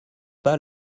pas